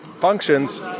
functions